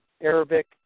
Arabic